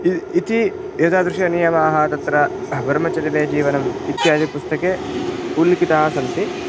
इति इति एतादृशनियमाः तत्र ब्रह्मचर्या जीवनम् इत्यादि पुस्तके उल्लिखिताः सन्ति